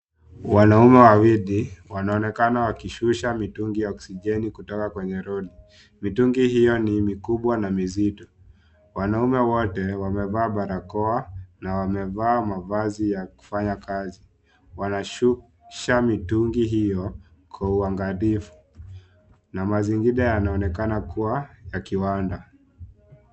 Wanaume wawili wanaonekana wakishusha mitungi ya oxigeni kutoka kwenye lori. Mitungi hiyo ni mikubwa na mizito, wanaume wote wamevaa barakoa na wamevaa mavazi ya kufanya kazi. Wanashusha mitungi hiyo Kwa uangalifu na mazingira yanaonekana kuwa ya kibanda.